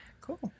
Cool